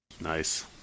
Nice